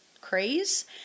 Craze